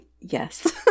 yes